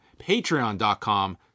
patreon.com